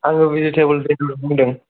आङो भेजिटेबोल भेनडरनिफ्राय बुंदों